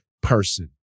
person